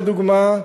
לדוגמה,